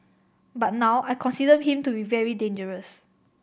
but now I consider him to be very dangerous